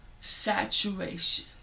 saturation